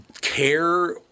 care